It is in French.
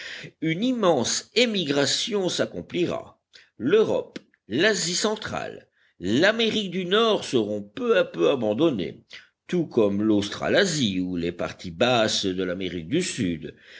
une immense émigration s'accomplira l'europe l'asie centrale l'amérique du nord seront peu à peu abandonnées tout comme l'australasie ou les parties basses de l'amérique du sud